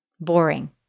boring